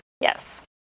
Yes